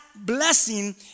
blessing